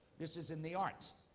this is in the arts.